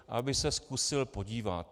Aby se zkusil podívat.